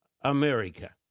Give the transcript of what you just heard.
America